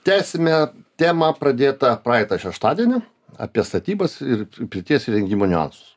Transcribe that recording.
tęsime temą pradėtą praeitą šeštadienį apie statybas ir pirties įrengimo niuansus